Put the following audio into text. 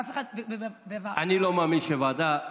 אני לא מאמין שוועדה,